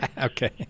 Okay